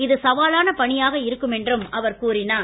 இது சவாலான பணியாக இருக்கும் என்றும் கூறினார்